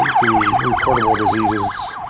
the reportable diseases